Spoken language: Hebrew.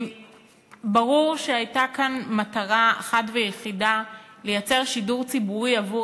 ברור שהייתה כאן מטרה אחת ויחידה: לייצר שידור ציבורי עבור